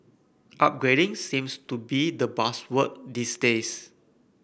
upgrading seems to be the buzzword these days